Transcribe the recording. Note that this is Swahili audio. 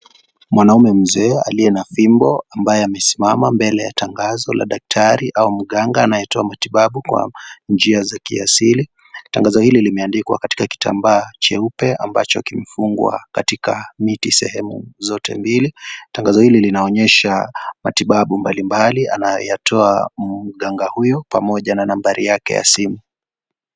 Mwanaume mzee, aliye na fimbo ambaye amesimama mbele ya tangazo la daktari au mganga anayetoa matibabu kwa njia za kiasili. Tangazo hili limeandikwa katika kitambaa cheupe, ambacho kimefungwa katika miti sehemu zote mbili. Tangazo hili linaonyesha matibabu mbalimbali ,anayoyatoa mganga huyo, pamoja na nambari yake ya simu.